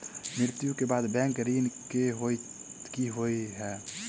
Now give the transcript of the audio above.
मृत्यु कऽ बाद बैंक ऋण कऽ की होइ है?